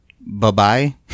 Bye-bye